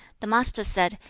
the master said,